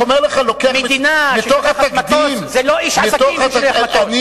מדינה ששולחת מטוס זה לא איש עסקים ששולח מטוס.